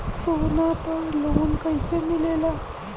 सोना पर loan कइसे मिलेला?